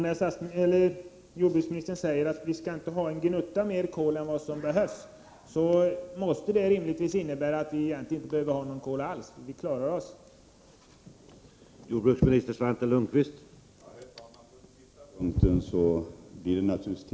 När jordbruksministern säger att vi inte skall ha en gnutta mer kol än som behövs måste det rimligtvis innebära att vi egentligen inte behöver något kol alls; vi klarar oss ändå.